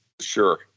sure